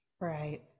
Right